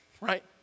right